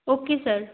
okay sir